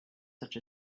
such